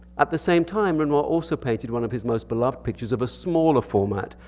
at the same time renoir also painted one of his most beloved pictures of a smaller format,